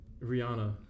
Rihanna